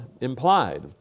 implied